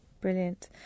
Brilliant